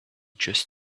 just